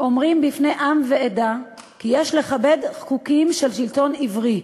אומרים בפני עם ועדה כי יש לכבד חוקים של שלטון עברי,